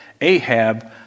Ahab